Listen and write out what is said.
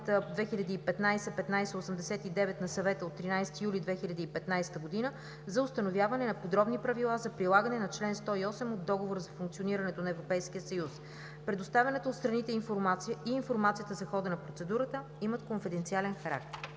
2015/1589 на Съвета от 13 юли 2015 г. за установяване на подробни правила за прилагане на чл. 108 от Договора за функционирането на Европейския съюз. Предоставената от страните информация и информацията за хода на процедурата имат конфиденциален характер.